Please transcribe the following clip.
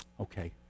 Okay